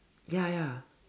ya ya